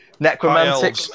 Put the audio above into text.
Necromantic